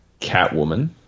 Catwoman